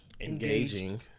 engaging